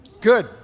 Good